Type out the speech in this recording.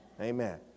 Amen